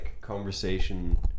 conversation